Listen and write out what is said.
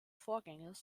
vorgängers